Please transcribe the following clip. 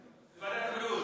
רעיון מצוין, לוועדת המשנה,